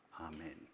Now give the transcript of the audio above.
Amen